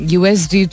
usd